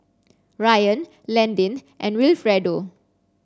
Ryann Landyn and Wilfredo